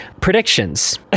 Predictions